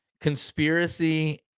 Conspiracy